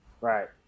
right